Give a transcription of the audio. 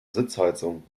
sitzheizung